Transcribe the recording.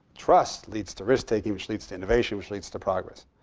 trust leads to risk taking, which leads to innovation, which leads to progress.